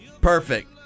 Perfect